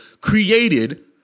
created